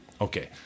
Okay